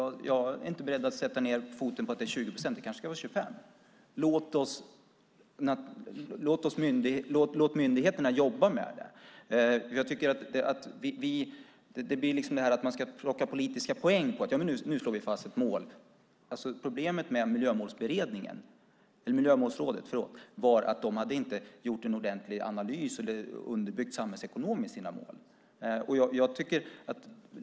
Men jag är inte beredd att sätta ned foten för att det ska vara 20 procent, utan det kanske ska vara 25 procent. Låt myndigheterna jobba med frågan! Det blir liksom att man ska plocka politiska poäng på att slå fast ett mål. Men problemet med Miljömålsrådet var att rådet inte hade gjort en ordentlig analys och underbyggt sina mål samhällsekonomiskt.